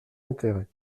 intérêt